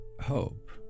hope